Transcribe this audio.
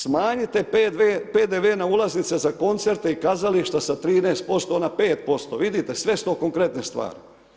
Smanjite PDV na ulaznice za koncerte i kazališta sa 13% na 5% vidite sve su to konkretne stvari.